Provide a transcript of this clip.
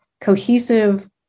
cohesive